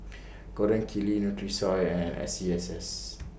Gold Kili Nutrisoy and S C S S